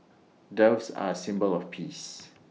doves are A symbol of peace